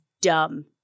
dumb